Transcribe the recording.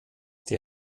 der